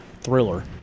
thriller